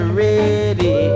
ready